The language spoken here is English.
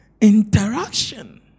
Interaction